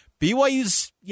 BYU's